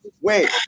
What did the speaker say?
Wait